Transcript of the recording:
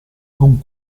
con